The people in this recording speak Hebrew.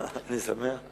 אני שמח.